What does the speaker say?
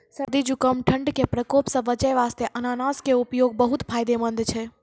सर्दी, जुकाम, ठंड के प्रकोप सॅ बचै वास्तॅ अनानस के उपयोग बहुत फायदेमंद छै